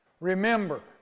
Remember